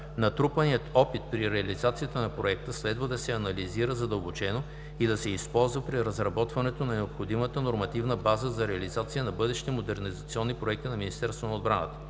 Натрупаният опит при реализацията на Проекта следва да се анализира задълбочено и да се използва при разработването на необходимата нормативна база за реализация на бъдещи модернизационни проекти на Министерството на отбраната.